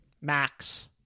Max